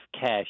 cash